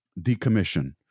decommission